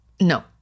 No